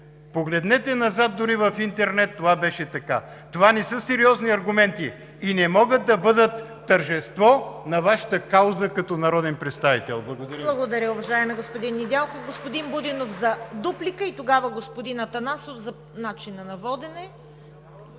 Погледнете назад, дори в интернет, това беше така. Това не са сериозни аргументи и не могат да бъдат тържество на Вашата кауза като народен представител. Благодаря